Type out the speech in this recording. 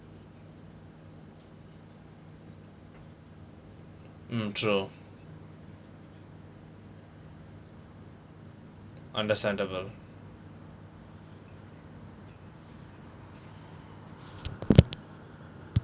mm true understandable